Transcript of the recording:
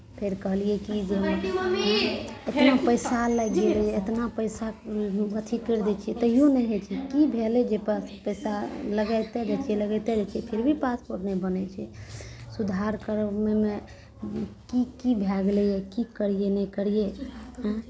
फेर कहलियै कि जे फेर हम पैसा इतना पैसा अथी करि दै छियै तैओ नहि होइ छै की भेलै जे प पैसा लगाइते जाइ छियै लगाइते जाइ छियै फिर भी पासपोर्ट नहि बनै छै सुधार करबैमे की की भए गेलैए की करियै नहि करियै आँय